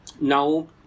Now